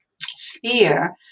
sphere